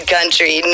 Country